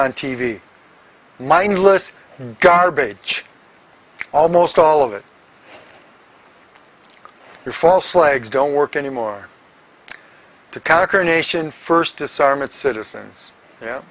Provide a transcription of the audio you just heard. on t v mindless garbage almost all of it your false legs don't work anymore to conquer a nation first disarm its citizens y